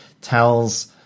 tells